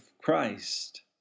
Christ